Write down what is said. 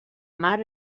mar